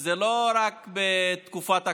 וזה לא רק בתקופת הקורונה,